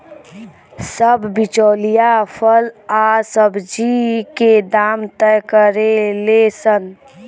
सब बिचौलिया फल आ सब्जी के दाम तय करेले सन